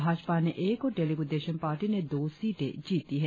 भाजपा ने एक और तेलुगु देशम पार्टी ने दो सीटें जीती हैं